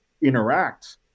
interact